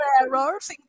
errors